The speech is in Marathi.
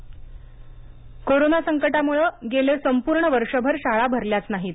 शाळा गणवेश कोरोना संकटामुळे गेलं संपूर्ण वर्षभर शाळा भरल्याच नाहीत